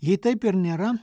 jei taip ir nėra